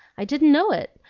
i didn't know it.